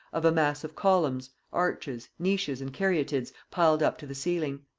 of a mass of columns, arches, niches and caryatids, piled up to the ceiling.